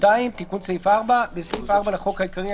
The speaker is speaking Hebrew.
תיקון סעיף 4 2. בסעיף 4 לחוק העיקרי,